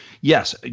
Yes